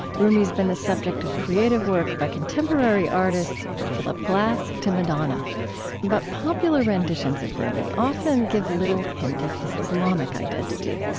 rumi has been the subject of creative work by contemporary artists from philip glass to madonna but popular renditions of rumi often give little hint of his islamic identity.